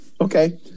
Okay